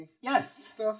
Yes